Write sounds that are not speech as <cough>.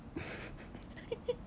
<laughs>